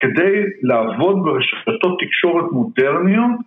כדי לעבוד ברשתות תקשורת מודרניות